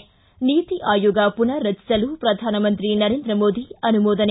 ಿ ನೀತಿ ಆಯೋಗ ಪುನಾರಚಿಸಲು ಪ್ರಧಾನಮಂತ್ರಿ ನರೇಂದ್ರ ಮೋದಿ ಅನುಮೋದನೆ